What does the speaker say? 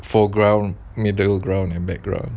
foreground middle ground and background